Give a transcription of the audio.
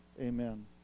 Amen